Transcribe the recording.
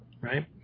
right